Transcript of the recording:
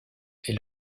est